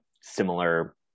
similar